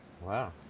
Wow